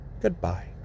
Goodbye